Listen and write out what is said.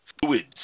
fluids